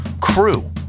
crew